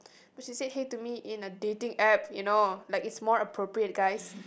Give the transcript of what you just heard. but she say hey to me in a dating app you know like is more appropriate guys